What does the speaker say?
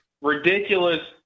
ridiculous